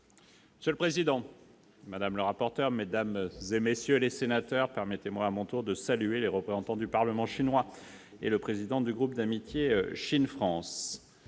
Monsieur le président, madame la rapporteur, mesdames, messieurs les sénateurs, permettez-moi, à mon tour, de saluer les représentants du Parlement chinois et le président du groupe d'amitié Chine-France.